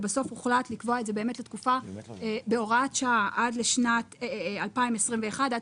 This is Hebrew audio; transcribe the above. כשבסוף הוחלט להאריך את זה לתקופה של שנה וחצי